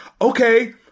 Okay